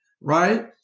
right